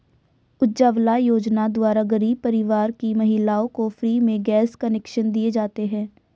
उज्जवला योजना द्वारा गरीब परिवार की महिलाओं को फ्री में गैस कनेक्शन दिए जाते है